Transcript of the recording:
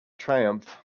triumph